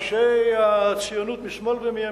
אנשי הציונות משמאל ומימין,